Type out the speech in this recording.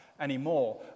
anymore